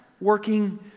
working